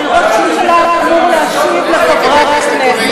הרי ראש הממשלה אמור להשיב לחברי הכנסת.